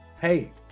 hey